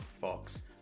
fox